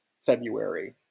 February